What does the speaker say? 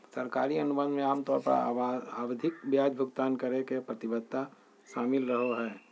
सरकारी अनुबंध मे आमतौर पर आवधिक ब्याज भुगतान करे के प्रतिबद्धता शामिल रहो हय